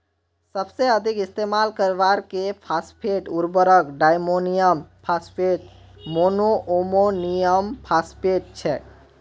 सबसे अधिक इस्तेमाल करवार के फॉस्फेट उर्वरक डायमोनियम फॉस्फेट, मोनोअमोनियमफॉस्फेट छेक